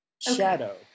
Shadow